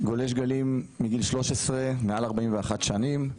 גולש גלים מגיל 13, מעל 41 שנים,